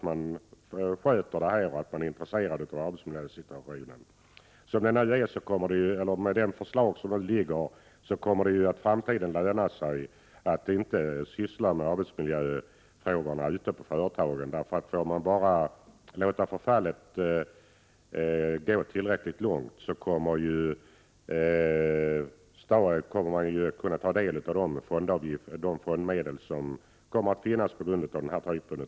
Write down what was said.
Med det förslag som föreligger kommer det i framtiden att löna sig att inte syssla med arbetsmiljöfrågorna, för om man bara låter förfallet gå tillräckligt långt så kommer man ju att kunna ta del av dessa fondmedel.